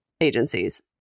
agencies